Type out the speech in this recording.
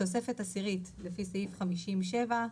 תוספת עשירית (סעיף 50(7))